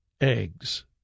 eggs